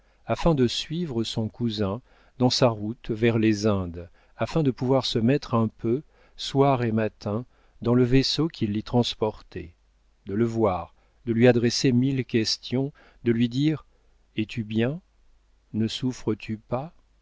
afin de suivre son cousin dans sa route vers les indes afin de pouvoir se mettre un peu soir et matin dans le vaisseau qui l'y transportait de le voir de lui adresser mille questions de lui dire es-tu bien ne souffres-tu pas